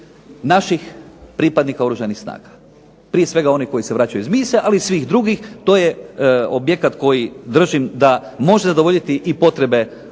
naših pripadnika Oružanih snaga, prije svega onih koji se vraćaju iz misije, ali i svih drugih. To je objekt koji držim da može zadovoljiti i potrebe